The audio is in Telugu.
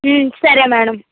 సరే మేడం